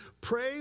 pray